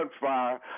gunfire